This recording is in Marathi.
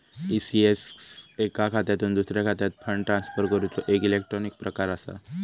ई.सी.एस एका खात्यातुन दुसऱ्या खात्यात फंड ट्रांसफर करूचो एक इलेक्ट्रॉनिक प्रकार असा